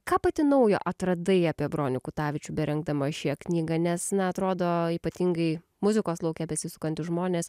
ką pati naujo atradai apie bronių kutavičių berengdama šią knygą nes na atrodo ypatingai muzikos lauke besisukantys žmonės